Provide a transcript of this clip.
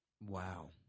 wow